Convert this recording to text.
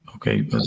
Okay